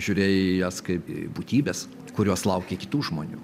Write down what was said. žiūrėjai į jas kaip į būtybes kurios laukė kitų žmonių